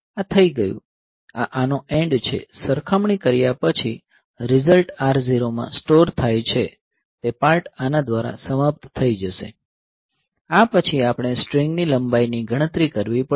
આ આનો એન્ડ છે સરખામણી કર્યા પછી રીઝલ્ટ R0 માં સ્ટોર થાય છે તે પાર્ટ આના દ્વારા સમાપ્ત થઈ જશે આ પછી આપણે સ્ટ્રીંગની લંબાઈ ની ગણતરી કરવી પડશે